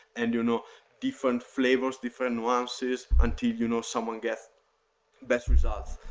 and you know different flavors, different nuances until you know someone gets best results.